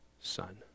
son